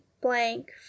blank